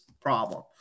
problem